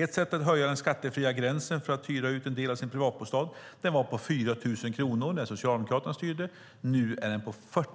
Ett sätt är att höja den skattefria gränsen för att hyra ut en del av sin privatbostad. Den gränsen var på 4 000 kronor när Socialdemokraterna styrde. Nu är den på 40